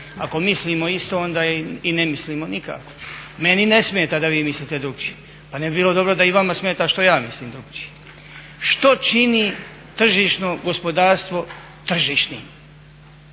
Ako mislimo isto onda i ne mislimo nikako. Meni ne smeta da vi mislite drukčije, pa ne bi bilo dobro da i vama smeta što ja mislim drukčije. Što čini tržišno gospodarstvo tržišnim?